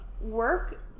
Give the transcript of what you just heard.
work